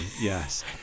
yes